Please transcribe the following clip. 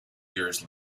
years